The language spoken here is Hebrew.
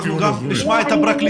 אנחנו גם נשמע את הפרקליטות.